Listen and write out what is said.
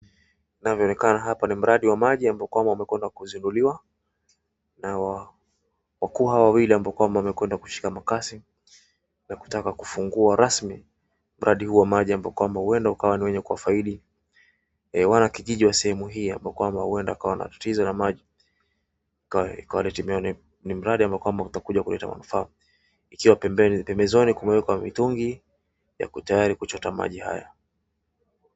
Inavyoonekana hapa ni mradi wa maji ambapo kwamba wamekwenda kuzinduliwa na wakuu hao wawili ambao kwamba wamekwenda kushika makasi na kutaka kufungua rasmi mradi huu wa maji ambao kwamba huenda ukawa ni wenye kuwafaidi wanakijiji wa sehemu hii ambao kwamba huenda ikawa wako na tatizo la maji, ikiwa ni timio au ni mradi ambao utakuja kuleta manufaa, ikiwa pembeni, pembezoni kumeekwa mitungi, yako tayari kuchota maji haya.